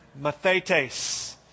Mathetes